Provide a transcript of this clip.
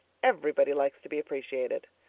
everybody likes to be appreciated.